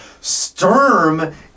Sturm